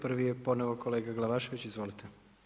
Prvi je ponovo kolega Glavašević, izvolite.